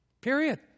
period